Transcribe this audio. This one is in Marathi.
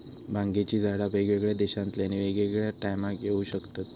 भांगेची झाडा वेगवेगळ्या देशांतल्यानी वेगवेगळ्या टायमाक येऊ शकतत